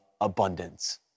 abundance